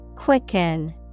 Quicken